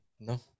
no